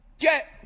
Get